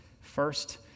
First